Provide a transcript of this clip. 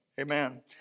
amen